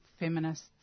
Feminists